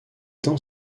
dans